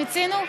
מיצינו?